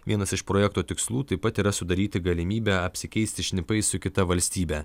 vienas iš projekto tikslų taip pat yra sudaryti galimybę apsikeisti šnipais su kita valstybe